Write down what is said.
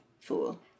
fool